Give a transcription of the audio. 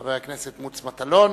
חבר הכנסת מוץ מטלון